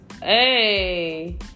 Hey